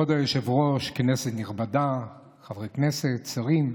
כבוד היושבת-ראש, כנסת נכבדה, חברי כנסת, שרים,